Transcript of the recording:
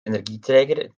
energieträger